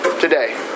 today